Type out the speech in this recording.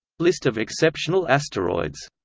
list of exceptional asteroids